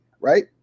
right